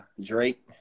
Drake